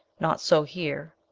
not so here.